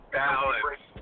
balance